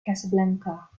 casablanca